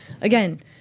again